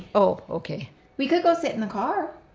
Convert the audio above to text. oh, okay we could go sit in the car?